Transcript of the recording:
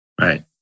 Right